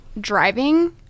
driving